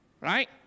Right